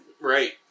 Right